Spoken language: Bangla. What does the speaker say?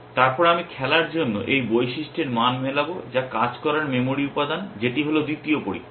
তারপর আমি খেলার জন্য এই বৈশিষ্ট্যের মান মেলাবো যা কাজ করার মেমরি উপাদান যেটি হল দ্বিতীয় পরীক্ষা